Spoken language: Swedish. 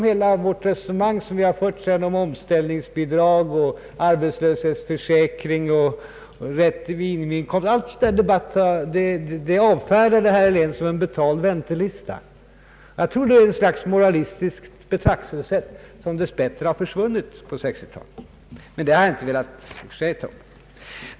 Hela vårt resonemang om omställningsbidrag, arbetslöshetsförsäkring, rätt till minimiinkomst, allt sådant avfärdar herr Helén som en betald väntelista. Jag tror det är ett slags moralistiskt betraktelsesätt, som dess bättre har försvunnit under 1960-talet. Det har jag inte velat ta upp.